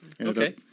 Okay